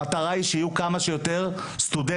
בסוף המטרה היא שיהיו כמה שיותר סטודנטים.